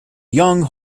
young